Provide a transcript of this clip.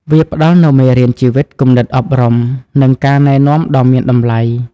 វាផ្តល់នូវមេរៀនជីវិត គំនិតអប់រំ និងការណែនាំដ៏មានតម្លៃ។